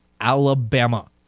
Alabama